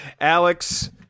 Alex